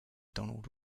donald